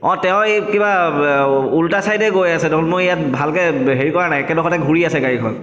অঁ তেওঁ এই কিবা ওল্টা ছাইডে গৈ আছে দেখোন মই ইয়াত ভালকৈ হেৰি হোৱা নাই একেডোখৰতে ঘূৰি আছে গাড়ীখন